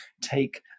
take